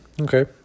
Okay